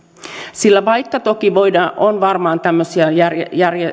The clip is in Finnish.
sillä vaikka toki on varmaan tämmöisiä